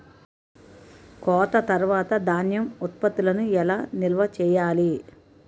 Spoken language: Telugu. కోత తర్వాత ధాన్యం ఉత్పత్తులను ఎలా నిల్వ చేయాలి?